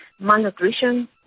malnutrition